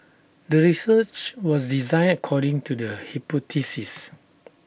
the research was designed according to the hypothesis